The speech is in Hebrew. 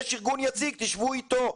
יש ארגון יציג, תשבו אתו.